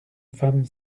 femme